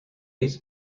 eight